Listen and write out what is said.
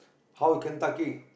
how Kentucky